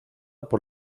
por